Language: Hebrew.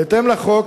בהתאם לחוק,